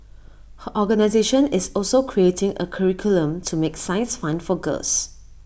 her organisation is also creating A curriculum to make science fun for girls